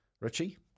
Richie